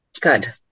good